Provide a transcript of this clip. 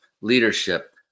leadership